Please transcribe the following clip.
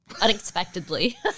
unexpectedly